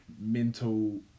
mental